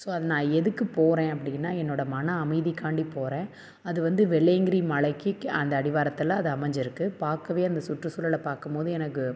so அது நான் எதுக்கு போகிறேன் அப்படின்னா என்னோடய மன அமைதிக்காண்டி போகிறேன் அது வந்து வெள்ளையங்கிரி மலைக்கு அந்த அடிவாரத்தில் அது அமைஞ்சிருக்கு பார்க்கவே அந்த சுற்றுசூழலை பார்க்கும் போது எனக்கு